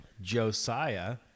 Josiah